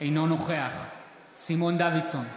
אינו נוכח סימון דוידסון,